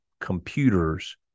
Computers